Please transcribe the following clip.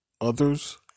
others